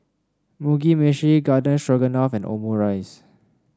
Mugi Meshi Garden Stroganoff and Omurice